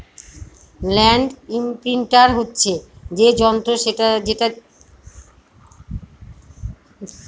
land imprinter হচ্ছে সেই যন্ত্র যেটা দিয়ে মাটিকে না খুরেই বীজ পোতা হয়